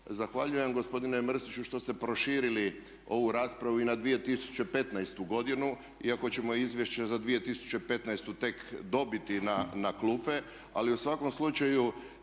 zahvaljujem gospodine Mrsiću što ste proširili ovu raspravu i na 2015. godinu iako ćemo izvješće za 2015. tek dobiti na klupe ali u svakom slučaju